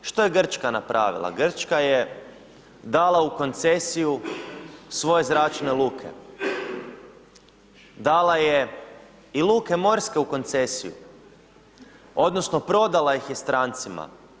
Što je Grčka napravila, Grčka je dala u koncesiju svoje zračne luke, dala je i luke morske u koncesiju odnosno prodala ih je strancima.